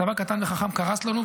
צבא קטן וחכם קרס לנו,